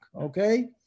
okay